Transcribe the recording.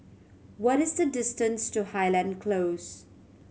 what is the distance to Highland Close